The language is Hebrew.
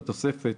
בתוספת